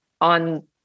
on